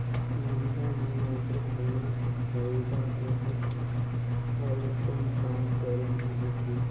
महिला मन micro finance कर फएदा लेहत अइसन काम करिन अहें कि